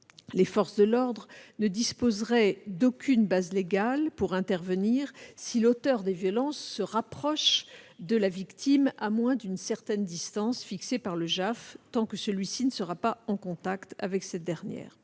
les forces de l'ordre ne disposeraient d'aucune base légale pour intervenir si l'auteur des violences se rapproche de la victime à moins d'une certaine distance fixée par le JAF, tant qu'il ne sera pas en contact avec cette dernière.